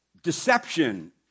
Deception